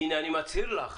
הינה אני מצהיר לך,